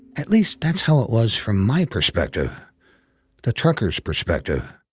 at least, that's how it was from my perspective the trucker's perspective.